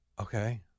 Okay